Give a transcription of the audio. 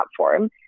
platform